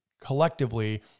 collectively